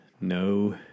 No